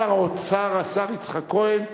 השר יצחק כהן,